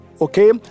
okay